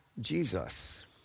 Jesus